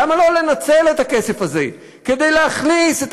למה לא לנצל את הכסף הזה כדי להכניס את